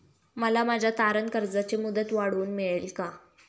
मला माझ्या तारण कर्जाची मुदत वाढवून मिळेल का?